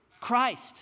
Christ